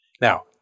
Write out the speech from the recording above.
Now